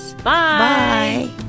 Bye